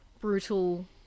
brutal